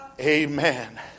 Amen